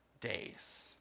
days